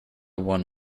one